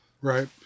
Right